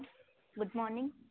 good morning